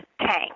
tank